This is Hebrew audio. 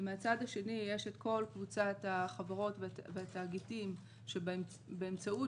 ומהצד השני יש כל קבוצת החברות והתאגידים שבאמצעות